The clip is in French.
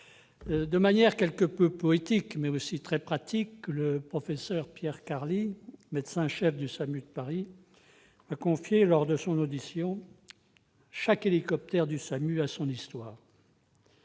De manière un peu poétique, mais aussi très pratique, le professeur Pierre Carli, médecin-chef du SAMU de Paris, m'a confié lors de son audition que chaque hélicoptère du SAMU avait son histoire.